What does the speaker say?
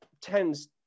tends